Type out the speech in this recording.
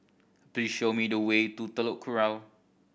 please show me the way to Telok Kurau